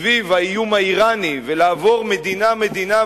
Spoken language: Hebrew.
סביב האיום האירני ולעבור מדינה-מדינה,